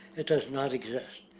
it does not exist.